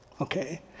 okay